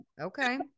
okay